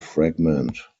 fragment